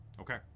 Okay